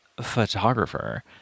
photographer